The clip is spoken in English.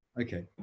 Okay